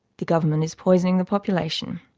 the government is poisoning the population.